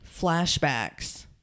flashbacks